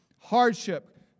hardship